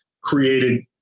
Created